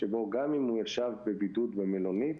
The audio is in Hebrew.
שגם אם הוא ישב בבידוד במלונית,